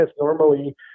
Normally